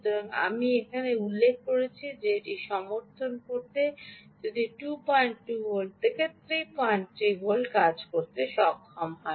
সুতরাং আমি এখানে উল্লেখ করেছি যে এটি সমর্থন করতে যদি এটি 22 ভোল্ট থেকে 33 ভোল্টে কাজ করতে সক্ষম হয়